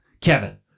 Kevin